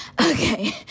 okay